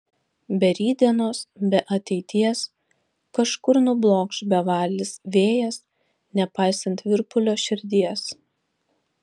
be rytdienos be ateities kažkur nublokš bevalis vėjas nepaisant virpulio širdies